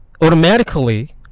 automatically